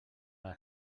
les